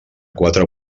quatre